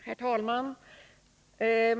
Herr talman!